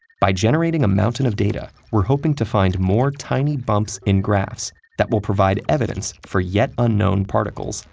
by generating a mountain of data, we're hoping to find more tiny bumps in graphs that will provide evidence for yet unknown particles,